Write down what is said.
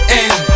end